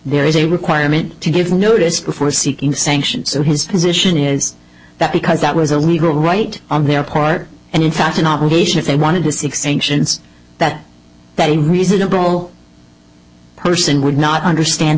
there is a requirement to give notice before seeking sanction so his position is that because that was a legal right on their part and in fact an obligation if they wanted this extension that that a reasonable person would not understand